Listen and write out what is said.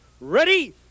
ready